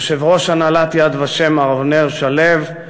יושב-ראש הנהלת "יד ושם" מר אבנר שלו,